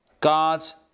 God's